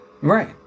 Right